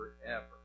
forever